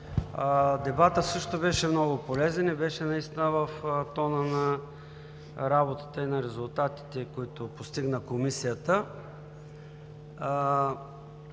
дебатът също беше много полезен и беше наистина в тона на работата и на резултатите, които постигна Комисията.